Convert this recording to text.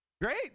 great